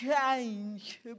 change